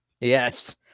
Yes